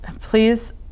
please